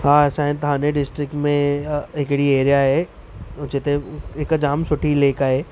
हा असांजे ठाणे डिस्ट्रिक्ट में हिक्ड़ी एरिया आहे जिते हिकु जाम सुठी लेक आहे